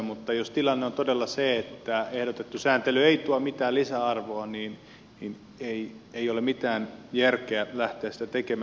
mutta jos tilanne on todella se että ehdotettu sääntely ei tuo mitään lisäarvoa niin ei ole mitään järkeä lähteä sitä tekemään